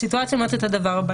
הסיטואציה אומרת את הדבר הבא,